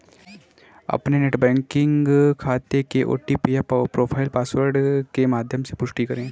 अपने net banking खाते के ओ.टी.पी या प्रोफाइल पासवर्ड के माध्यम से पुष्टि करें